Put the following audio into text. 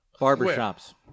Barbershops